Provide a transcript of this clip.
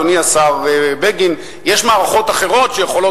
אדוני השר בגין: יש מערכות אחרות שיכולות